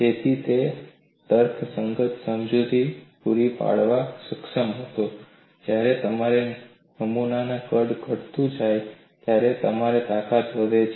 તેથી તે એક તર્કસંગત સમજૂતી પૂરી પાડવા સક્ષમ હતો કે જ્યારે નમૂનાનું કદ ઘટતું જાય છે ત્યારે તાકાત વધે છે